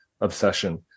obsession